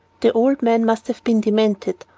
the old man must have been demented.